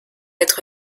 être